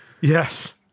Yes